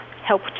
help